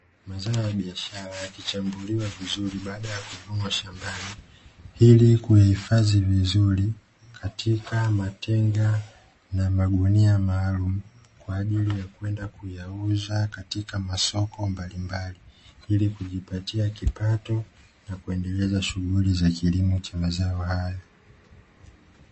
Mazao ya bishara yakichambuliwa vizuri baada ya kuvunwa shambani, ili kuyahifadhi vizuri katika matenga na magunia maalumu kwa ajili ya kwenda kuyauza katika masoko mbalimbali, ili kujipatia kipato na kuendeleza shughuli za kilimo cha mazo haya.